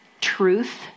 truth